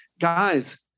guys